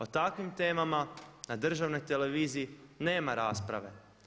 O takvim temama na državnoj televiziji nema rasprave.